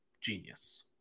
genius